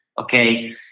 Okay